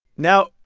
now,